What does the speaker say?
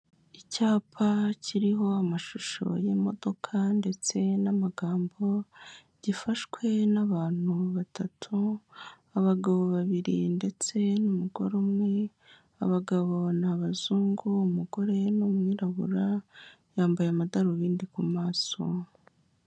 Icyapa kiriho amashusho y'imodoka ndetse n'amagambo gifashwe n'abantu batatu abagabo babiri ndetse n'umugore umwe, abagabo ni abazungu umugore ni umwirabura yambaye amadarubindi ku masumo.